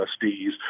trustees